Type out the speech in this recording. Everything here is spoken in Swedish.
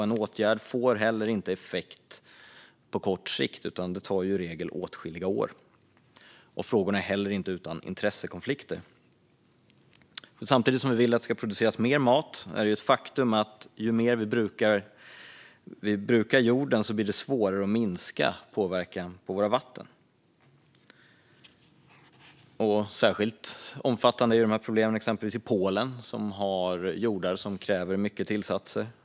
En åtgärd får inte effekt på kort sikt, utan det tar i regel åtskilliga år. Frågorna är heller inte utan intressekonflikter. Samtidigt som vi vill att det ska produceras mer mat är det ett faktum att ju mer vi brukar jorden, desto svårare blir det att minska påverkan på våra vatten. Särskilt omfattande är problemen i exempelvis Polen som har jordar som kräver mycket tillsatser.